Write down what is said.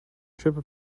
triple